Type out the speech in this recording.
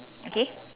okay